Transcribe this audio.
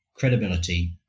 credibility